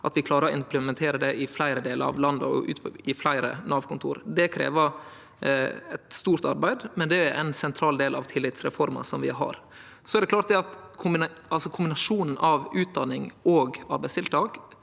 at vi klarer å implementere dei i fleire delar av landet og på fleire Nav-kontor. Det krev eit stort arbeid, men det er ein sentral del av tillitsreforma vi har. Det er klart at kombinasjonen av utdannings- og arbeidstiltak,